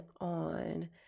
on